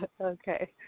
Okay